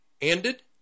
ended